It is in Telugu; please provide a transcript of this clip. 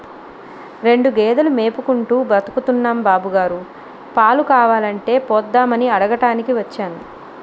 రెండు గేదెలు మేపుకుంటూ బతుకుతున్నాం బాబుగారు, పాలు కావాలంటే పోద్దామని అడగటానికి వచ్చాను